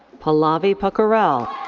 pallavi pokharel.